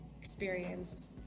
experience